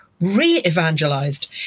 re-evangelized